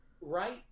right